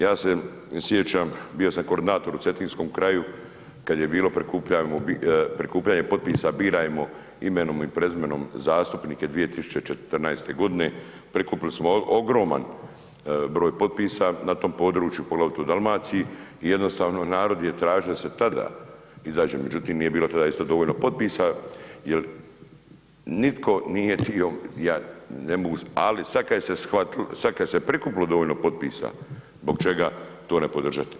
Ja se sjećam, bio sam koordinator u Cetinskom kraju kad je bilo prikupljanje potpisa birajmo imenom i prezimenom zastupnike 2014. godine, prikupili smo ogroman broj potpisa na tom području, poglavito u Dalmaciji i jednostavno narod je tražio da se tada izađe, međutim nije bilo tada isto dovoljno potpisa jer nitko nije htio, ja ne mogu, al sad kad se prikupilo dovoljno potpisa, zbog čega to ne podržati.